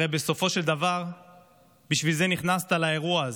הרי בסופו של דבר בשביל זה נכנסת לאירוע הזה.